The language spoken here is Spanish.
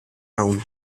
aún